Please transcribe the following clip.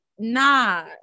nah